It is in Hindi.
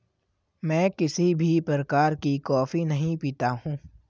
मैं किसी भी प्रकार की कॉफी नहीं पीता हूँ